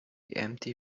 empty